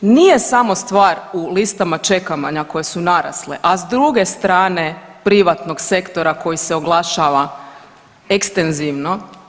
Nije samo stvar u listama čekanja koja su narasle, a s druge strane privatnog sektora koji se oglašava ekstenzivno.